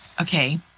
Okay